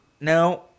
No